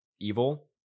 evil